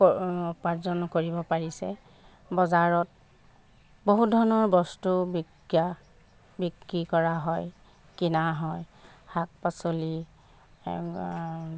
উপাৰ্জন কৰিব পাৰিছে বজাৰত বহুত ধৰণৰ বস্তু বিকা বিক্ৰী কৰা হয় কিনা হয় শাক পাচলি